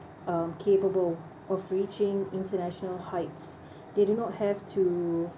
um capable of reaching international heights they do not have to